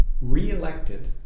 re-elected